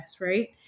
Right